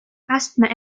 asthma